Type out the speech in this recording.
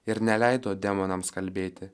ir neleido demonams kalbėti